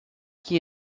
qui